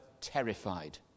terrified